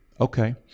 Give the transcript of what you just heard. Okay